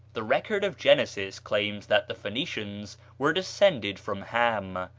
the record of genesis claims that the phoenicians were descended from ham,